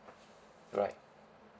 right